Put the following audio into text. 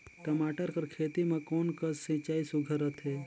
टमाटर कर खेती म कोन कस सिंचाई सुघ्घर रथे?